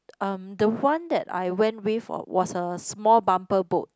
um the one that I went with was a small bumper boat